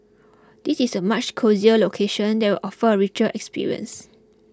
this is a much cosier location that will offer a richer experience